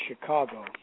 Chicago